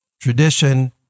tradition